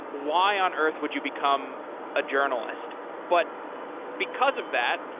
why on earth would you become a journalist? but because of that,